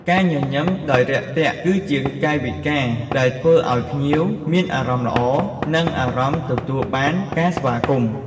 ការញញឹមដោយរាក់ទាក់ គឺជាកាយវិការដែលធ្វើឲ្យភ្ញៀវមានអារម្មណ៍ល្អ និងអារម្មណ៍ទទួលបានការស្វាគមន៍។